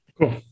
cool